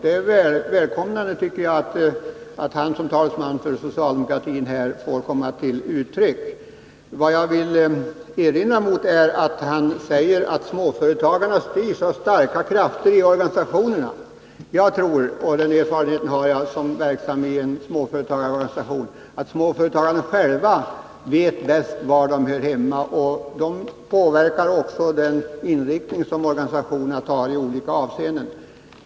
Det är välkommet att han nu som talesman för socialdemokratin ger uttryck för en sådan syn. Vad jag vill erinra mot är att Nils Erik Wååg säger att småföretagarna styrs av starka krafter i organisationerna. Jag tror, på grundval av min erfarenhet som verksam i en småföretagarorganisation, att småföretagarna själva vet bäst var de hör hemma. De påverkar också den inriktning som organisationerna tar i olika avseenden.